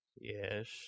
Yes